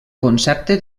concepte